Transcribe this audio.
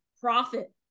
profit